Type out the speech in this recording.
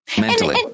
Mentally